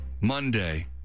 Monday